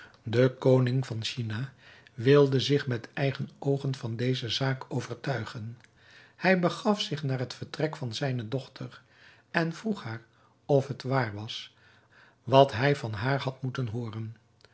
de koning van china wilde zich met eigen oogen van deze zaak overtuigen hij begaf zich naar het vertrek van zijne dochter en vroeg haar of het waar was wat hij van haar had moeten hooren